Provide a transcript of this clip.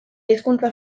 hizkuntza